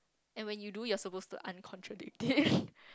and when you do you're supposed to uncontradict it